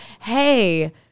hey